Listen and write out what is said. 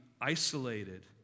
isolated